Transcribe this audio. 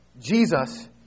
Jesus